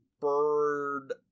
bird